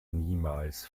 niemals